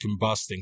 combusting